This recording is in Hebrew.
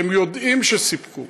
אתם יודעים שסיפקו.